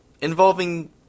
involving